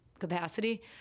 capacity